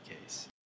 case